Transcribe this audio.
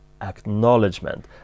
acknowledgement